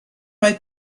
mae